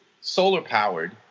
solar-powered